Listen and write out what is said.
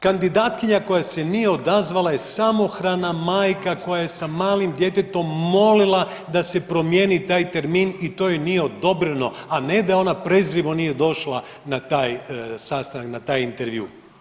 Kandidatkinja koja se nije odazvala je samohrana majka koja je sa malim djetetom molila da se promijeni taj termin i to joj nije odobreno, a ne da ona prezrivo nije došla na taj sastanak na taj intervju.